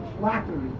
flattery